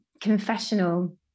confessional